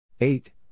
Eight